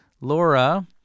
Laura